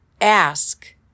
ask